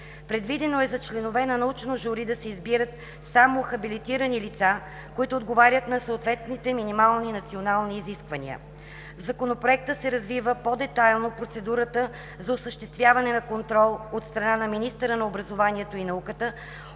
Предвидено е за членове на научно жури да се избират само хабилитирани лица, които отговарят на съответните минимални национални изисквания. В Законопроекта се развива по-детайлно процедурата за осъществяване на контрол от страна на министъра на образованието и науката